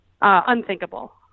unthinkable